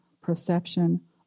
perception